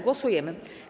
Głosujemy.